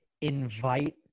invite